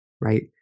right